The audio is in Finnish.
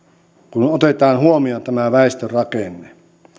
kun otetaan huomioon tämä väestörakenne